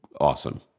awesome